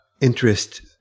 interest